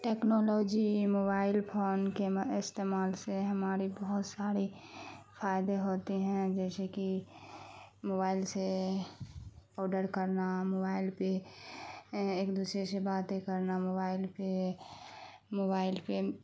technology mobile phone کے استعمال سے ہماری بہت ساری فائدے ہوتے ہیں جیسے کہ موبائل سے آڈر کرنا موبائل پہ ایک دوسرے سے باتیں کرنا موبائل پہ موبائل پہ